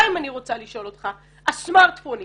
השאלה ברורה.